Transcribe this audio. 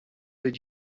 did